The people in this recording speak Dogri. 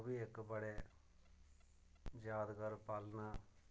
ओह् बी इक बड़े जादगार पल न